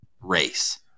race